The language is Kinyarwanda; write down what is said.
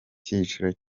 cyiciro